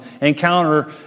encounter